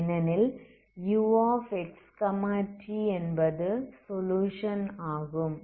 ஏனெனில் uxtஎன்பது சொலுயுஷன் ஆகும்